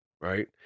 right